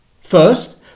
First